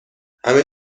همه